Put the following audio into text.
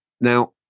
now